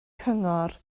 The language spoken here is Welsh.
cyngor